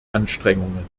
anstrengungen